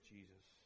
Jesus